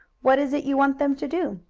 what is it you want them to do?